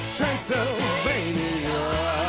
Transylvania